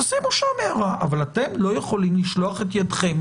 תשימו שם הערה אבל אתם לא יכולים לשלוח את ידכם